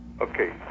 Okay